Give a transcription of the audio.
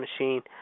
Machine